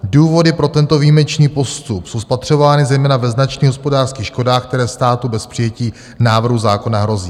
Důvody pro tento výjimečný postup jsou spatřovány zejména ve značných hospodářských škodách, které státu bez přijetí návrhu zákona hrozí.